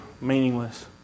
meaningless